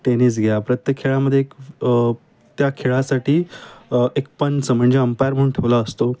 tennis घ्या प्रत्येक खेळामधे एक त्या खेळासाठी एक पंच म्हणजे अंपायर म्हणून ठेवला असतो